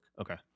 Okay